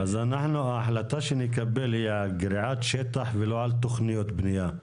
אז ההחלטה שנקבל היא על גריעת שטח ולא על תכניות בנייה.